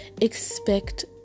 expect